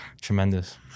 tremendous